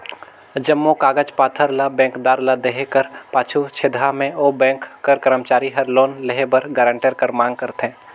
जम्मो कागज पाथर ल बेंकदार ल देहे कर पाछू छेदहा में ओ बेंक कर करमचारी हर लोन लेहे बर गारंटर कर मांग करथे